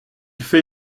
fait